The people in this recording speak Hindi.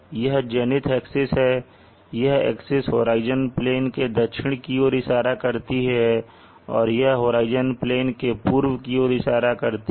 यह जेनिथ एक्सिस है यह एक्सिस होराइजन प्लेन के दक्षिण की ओर इशारा करती है और यह होराइजन प्लेन के पूर्व की ओर इशारा करती है